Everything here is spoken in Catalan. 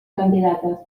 candidates